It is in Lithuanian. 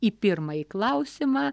į pirmąjį klausimą